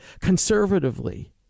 conservatively